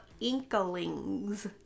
Inklings